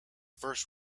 first